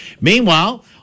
Meanwhile